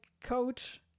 coach